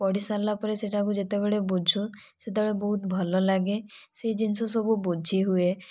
ପଢ଼ି ସାରିଲା ପରେ ସେଇଟାକୁ ଯେତେବେଳେ ବୁଝୁ ସେତେବେଳେ ବହୁତ ଭଲ ଲାଗେ ସେହି ଜିନିଷ ସବୁ ବୁଝି ହୁଏ